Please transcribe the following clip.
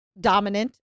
Dominant